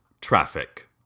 traffic